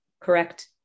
correct